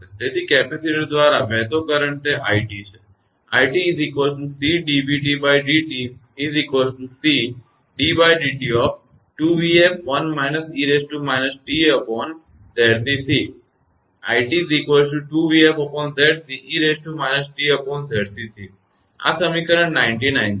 તેથી કેપેસિટર દ્વારા વહેતો કરંટ તે 𝑖𝑡 છે આ સમીકરણ 99 છે